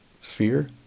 fear